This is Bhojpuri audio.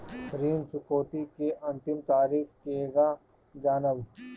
ऋण चुकौती के अंतिम तारीख केगा जानब?